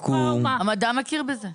המדע גם מכיר בזה.